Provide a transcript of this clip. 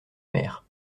mer